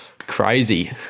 crazy